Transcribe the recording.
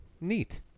Neat